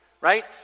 right